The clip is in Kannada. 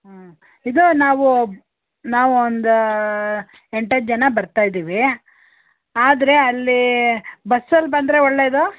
ಹ್ಞೂ ಇದು ನಾವು ನಾವು ಒಂದು ಎಂಟತ್ತು ಜನ ಬರ್ತಾಯಿದ್ದೀವಿ ಆದರೆ ಅಲ್ಲಿ ಬಸ್ಸಲ್ಲಿ ಬಂದರೆ ಒಳ್ಳೇದೊ